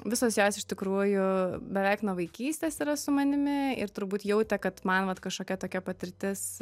visos jos iš tikrųjų beveik nuo vaikystės yra su manimi ir turbūt jautė kad man vat kažkokia tokia patirtis